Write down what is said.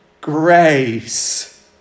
grace